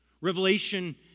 Revelation